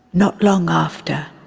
not long after,